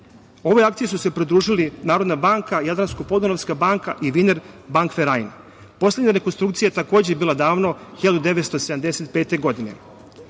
akciji su se pridružili Narodna banka, Jadransko - podunavska banka i Viner bank ferajn. Poslednja rekonstrukcija, takođe je bila davno, 1975. godine. Što